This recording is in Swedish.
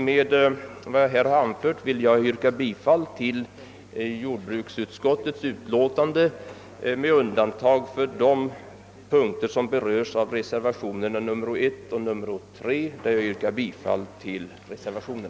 Med vad jag här anfört ber jag att få yrka bifall till vad jordbruksutskottet hemställt med undantag för de punkter som berörs i re servationerna 1 och 3, där jag yrkar bifall till dessa reservationer.